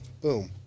boom